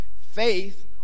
Faith